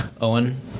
Owen